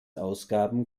ausgaben